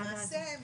למעשה,